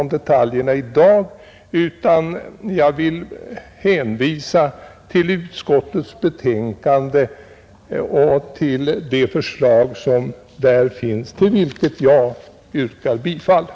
Herr talman! Med hänvisning till det förslag som finns i utskottets betänkande ber jag att få yrka bifall till detsamma.